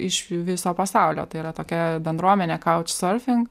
iš viso pasaulio tai yra tokia bendruomenė kauč serfing